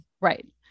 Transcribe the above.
Right